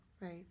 Right